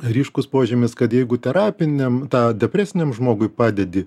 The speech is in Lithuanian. ryškūs požymis kad jeigu terapiniam tą depresiniam žmogui padedi